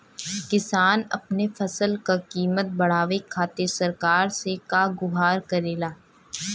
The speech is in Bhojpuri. किसान अपने फसल क कीमत बढ़ावे खातिर सरकार से का गुहार करेला?